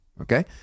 okay